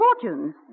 fortunes